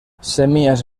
semillas